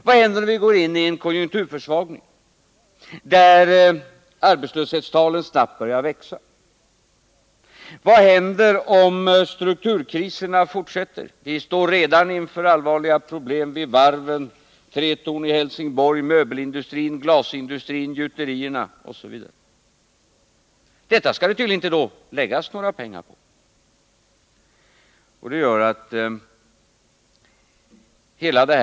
Vad händer om vi får en konjunkturför svagning med snabbt växande arbetslöshetstal? Vad händer om strukturkriserna fortsätter? Vi står redan inför allvarliga problem när det gäller varven, Tretorn AB i Helsingborg, möbelindustrin, glasindustrin, gjuterierna osv. Det skall tydligen inte satsas några pengar på dessa områden.